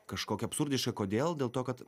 kažkokį absurdišką kodėl dėl to kad